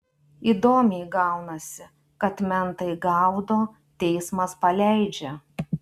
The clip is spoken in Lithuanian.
įdomiai gaunasi kad mentai gaudo teismas paleidžia